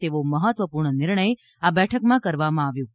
તેવો મહત્વપૂર્ણ નિર્ણય આ બેઠકમાં કરવામાં આવ્યો છે